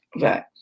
Right